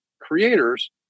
creators